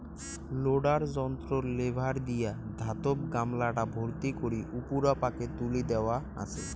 loader যন্ত্রর lever দিয়া ধাতব গামলাটা ভর্তি করি উপুরা পাকে তুলি দ্যাওয়া আচে